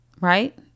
Right